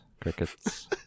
Crickets